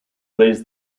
raise